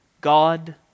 God